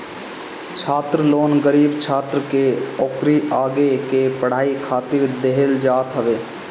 छात्र लोन गरीब छात्र के ओकरी आगे के पढ़ाई खातिर देहल जात हवे